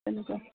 তেনেকুৱা